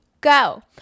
go